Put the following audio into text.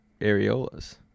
areolas